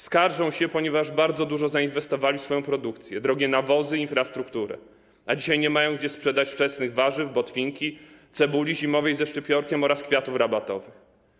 Skarżą się, ponieważ bardzo dużo zainwestowali w swoją produkcję - w drogie nawozy, infrastrukturę - a dzisiaj nie mają gdzie sprzedać wczesnych warzyw, botwinki, cebuli zimowej ze szczypiorkiem oraz kwiatów rabatowych.